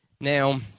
Now